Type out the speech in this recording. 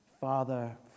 Father